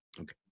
Okay